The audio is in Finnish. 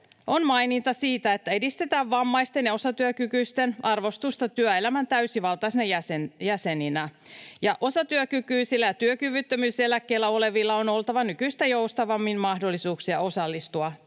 on maininta siitä, että edistetään ”vammaisten ja osatyökykyisten arvostusta työelämän täysivaltaisina jäseninä”. ”Osatyökykyisillä ja työkyvyttömyyseläkkeellä olevilla on oltava nykyistä joustavammin mahdollisuuksia osallistua työelämään.”